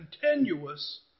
continuous